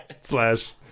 slash